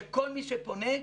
שכל מי שפונה,